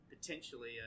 potentially